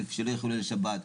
ושלא יחללו שבת.